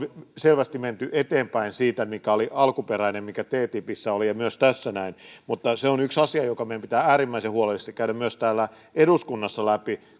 selvästi menty eteenpäin siitä mikä oli alkuperäinen mikä ttipissä oli ja myös tässä näin mutta se on yksi asia joka meidän pitää äärimmäisen huolellisesti käydä myös täällä eduskunnassa läpi